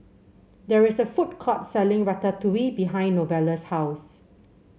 there is a food court selling Ratatouille behind Novella's house